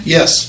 Yes